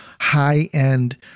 high-end